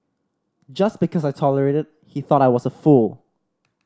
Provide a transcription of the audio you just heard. just because I tolerated he thought I was a fool